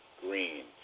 Green